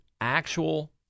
actual